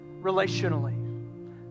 relationally